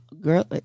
Girl